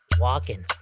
Walking